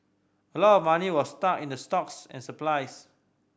a lot of money was stuck in the stocks and supplies